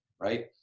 right